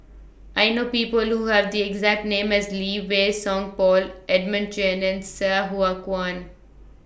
I know People Who Have The exact name as Lee Wei Song Paul Edmund Chen and Sai Hua Kuan